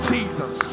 Jesus